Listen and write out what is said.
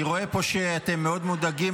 אני רואה פה שאתם מאוד מודאגים,